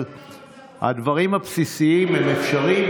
אבל הדברים הבסיסיים הם אפשריים.